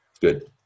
Good